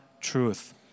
truth